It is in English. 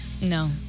No